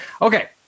okay